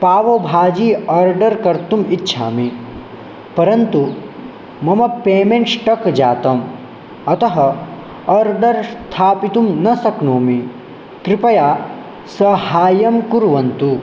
पाव bhaji order कर्तुम् इच्छामि परन्तु मम पेमेण्ट् श्टक् जातम् अतः आर्डर् स्थापयितुं न शक्नोमि कृपया साहाय्यं कुर्वन्तु